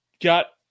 got